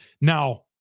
Now